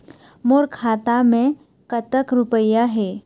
मोर खाता मैं कतक रुपया हे?